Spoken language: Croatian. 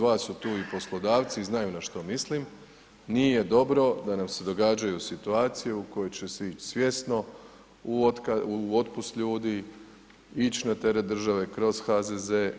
Mnogi od vas su tu i poslodavci i znaju na što mislim, nije dobro da nam se događaju situacije u kojoj će svi ić svjesno u otpust ljudi, ić na teret države kroz HZZ.